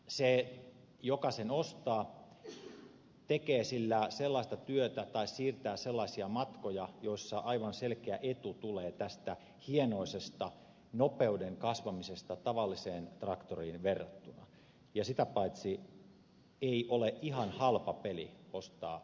se joka sen ostaa tekee sillä sellaista työtä tai siirtää sellaisia matkoja joissa aivan selkeä etu tulee tästä hienoisesta nopeuden kasvamisesta tavalliseen traktoriin verrattuna ja sitä paitsi ei ole ihan halpa peli ostaa liikennetraktoria